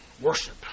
worship